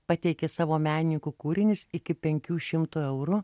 pateikė savo menininkų kūrinius iki penkių šimtų eurų